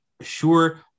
sure